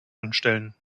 anstellen